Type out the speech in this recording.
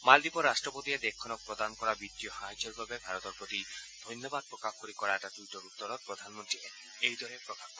মালদ্বীপৰ ৰট্টপতিয়ে দেশখনক প্ৰদান কৰা বিত্তীয় বিত্তীয় সাহায্যৰ বাবে ভাৰতৰ প্ৰতি ধন্যবাদ প্ৰকাশ কৰি কৰা এটা টুইটৰ উত্তৰত প্ৰধানমন্ত্ৰীয়ে এইদৰে প্ৰকাশ কৰে